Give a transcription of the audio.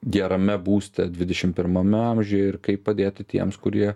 gerame būste dvidešim pirmame amžiuje ir kaip padėti tiems kurie